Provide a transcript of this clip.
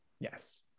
Yes